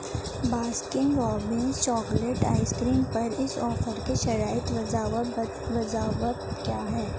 Baskin Robbins chocolate ice cream پر اس offer کے شرائط و ضوابط وضابط کیا ہیں